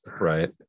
Right